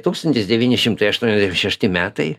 tūkstantis devyni šimtai aštuondešim šešti metai